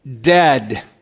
Dead